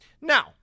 Now